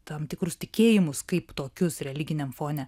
tam tikrus tikėjimus kaip tokius religiniam fone